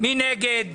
מי נגד?